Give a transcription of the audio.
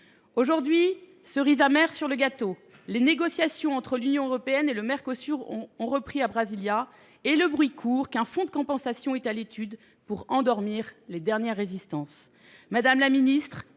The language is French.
Aujourd’hui, cerise amère sur le gâteau, les négociations entre l’Union européenne et le Mercosur ont repris à Brasilia et le bruit court qu’un fonds de compensation serait à l’étude pour endormir les dernières résistances.